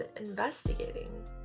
investigating